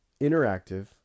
interactive